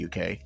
UK